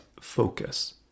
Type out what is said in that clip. focus